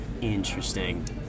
interesting